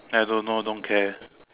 I don't know don't care